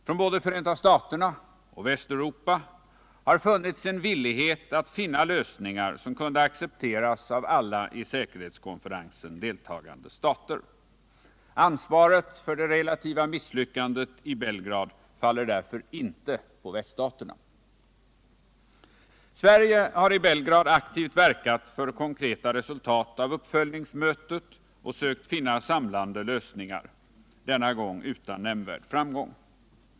Från både Förenta staterna och Västeuropa har funnits en villighet att nå lösningar som kunde accepteras av alla i säkerhetskonferensen deltagande stater. Ansvaret för det relativa misslyckandet i Belgrad faller därför icke på väststaterna. Sverige har i Belgrad aktivt verkat för konkreta resultat av uppföljningsmötet och sökt finna samlande lösningar, denna gång utan nämnvärd framgång.